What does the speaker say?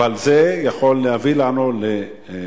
אבל זה יכול להביא אצלנו